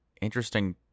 interesting